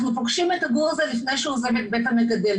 אנחנו פוגשים את הגור הזה לפני שהוא עוזב את בית המגדל,